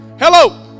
Hello